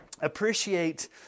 Appreciate